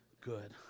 good